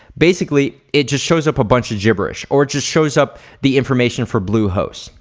basically it just shows up a bunch of gibberish or it just shows up the information for bluehost,